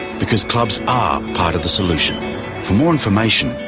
because clubs are part of the solution. for more information,